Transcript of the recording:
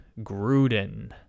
Gruden